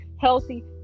healthy